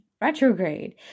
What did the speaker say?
retrograde